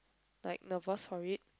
like nervous for it